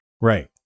Right